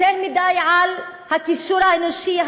יותר מדי על הקישור האנושי,